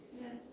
yes